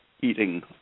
eating